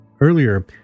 Earlier